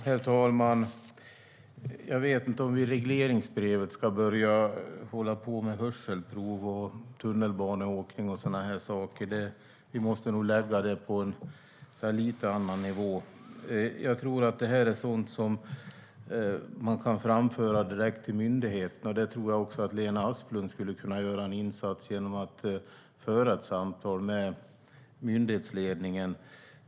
Herr talman! Jag vet inte om vi i regleringsbrevet ska ta upp sådant som hörselprov, tunnelbaneåkning och så vidare. Vi måste nog lägga de frågorna på en lite annan nivå. Jag tror att det här är sådant som man kan framföra direkt till myndigheten, och jag tror att Lena Asplund skulle kunna göra en insats genom att föra ett samtal med myndighetsledningen.